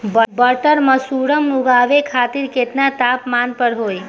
Button mushroom उगावे खातिर केतना तापमान पर होई?